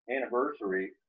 anniversary